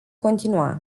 continua